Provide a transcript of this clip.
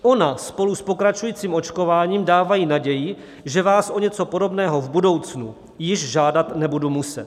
Ona spolu s pokračujícím očkováním dávají naději, že vás o něco podobného v budoucnu již žádat nebudu muset.